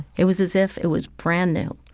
it was as if it was brand-new